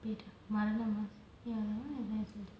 மரண:marana mass ya that [one] வேற சில:vera sila